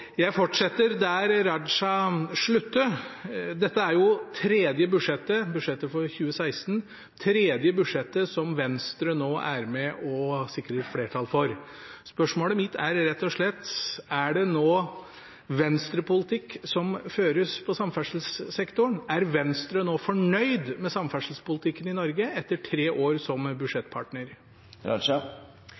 Jeg fortsetter der Raja sluttet. Dette er det tredje budsjettet – budsjettet for 2016 – som Venstre er med å sikre flertall for. Spørsmålet mitt er rett og slett: Er det nå Venstre-politikk som føres på samferdselssektoren? Er Venstre nå fornøyd med samferdselspolitikken i Norge etter tre år som budsjettpartner?